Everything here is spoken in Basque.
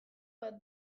bat